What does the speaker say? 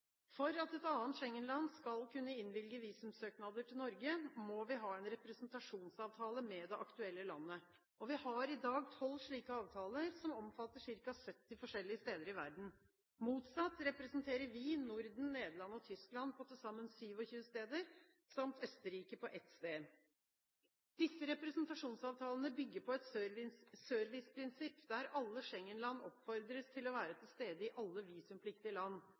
For at et annet Schengen-land skal kunne innvilge visumsøknader til Norge, må vi ha en representasjonsavtale med det aktuelle landet. Vi har i dag tolv slike avtaler, som omfatter ca. 70 forskjellige steder i verden. Motsatt representerer vi Norden, Nederland og Tyskland på til sammen 27 steder samt Østerrike på ett sted. Disse representasjonsavtalene bygger på et serviceprinsipp, der alle Schengen-land oppfordres til å være til stede i alle visumpliktige land.